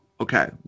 okay